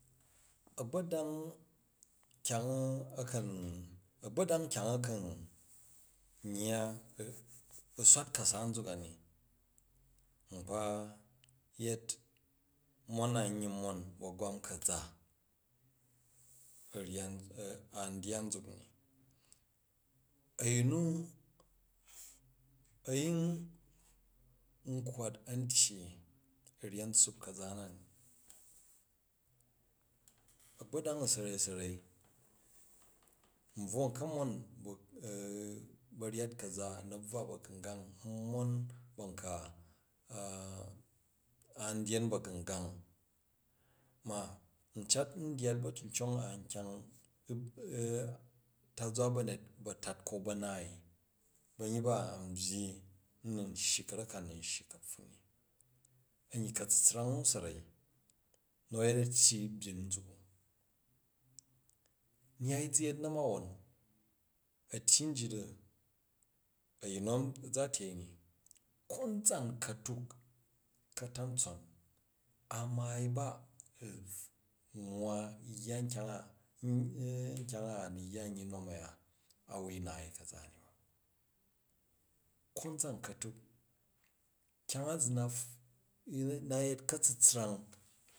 A̱gba̱dong wkyang u a̱ kan, a̱gba̱dang nkyangu a̱kan yya u̱ swat ka̱sa nzuk ani nkpa yet mon na n yin mon bu̱ a̱gwam ka̱za u̱ryya an dyya nzukni a̱yin nu a̱ yin n kkwat a̱n tyyi u ryet tsuup ka̱za nani, a̱gba̱dang u sarai sarai nbvwo nkam mon ba̱ ba̱rgyat ka̱za u na̱buwa ba̱gungang n mon ban ka an dyen ba̱ngungang, ma ncat ndyaat ba̱cuncong an kyang ntazwa ba̱nyet ba̱tat ko ba̱naai, banyyi ba a̱ byyi u̱ nan shyi ka̱rak, ka u̱ nun shyi ka̱pffan ni a̱nyyi ka̱tsutsrang u̱sarai nu a̱yet a̱tyyi nbyin nzuk u̱, nyyai zu yet na̱ma̱won a̱ttyyi njit u̱ a̱yin na a̱ za tyei ni konzan ka̱tuk, ka̱ta̱antson a̱ maai ba un wwa yya, nkyang nkyang a nu̱ yya ni u̱ nom a̱ya a wui naai ka̱za ni, konzan ka̱tuk kyang a na̱ yet ka̱tsutsrang.